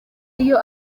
iyo